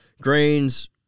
grains